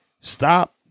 stop